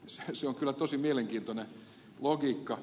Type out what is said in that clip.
se on kyllä tosi mielenkiintoinen logiikka